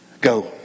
go